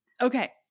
Okay